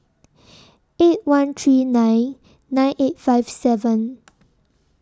eight one three nine nine eight five seven